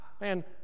Man